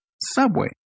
Subway